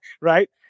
Right